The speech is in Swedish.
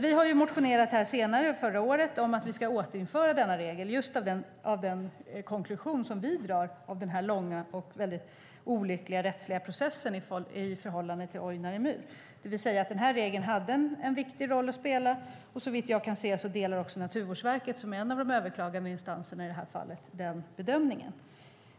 Vi har senare motionerat, förra året, om att återinföra regeln, just med den konklusion som vi drar av denna långa och väldigt olyckliga rättsliga process i förhållande till Ojnare myr, det vill säga att denna regel hade en viktig roll att spela. Såvitt jag kan se delar Naturvårdsverket, som är en av de överklagande instanserna i detta fall, den bedömningen.